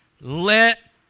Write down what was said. Let